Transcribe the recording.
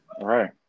Right